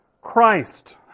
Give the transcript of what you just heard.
Christ